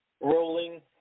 rolling